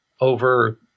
over